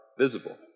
visible